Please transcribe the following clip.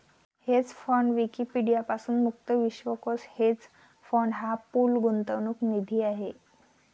hedge fund Wikipedia पासून मुक्त विश्वकोश हेज फंड हा पूल गुंतवणूक निधी आहे